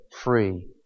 free